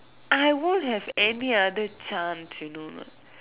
I won't have any other chance you know or not